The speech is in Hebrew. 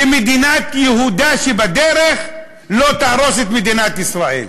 שמדינת יהודה שבדרך לא תהרוס את מדינת ישראל.